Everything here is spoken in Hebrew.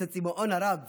את הצימאון הרב